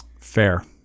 fair